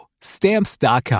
Stamps.com